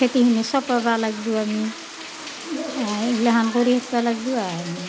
খেতিখিনি চপাব লাগিব আমি এইগিলাখান কৰি থাকিব লাগিব আৰু আমি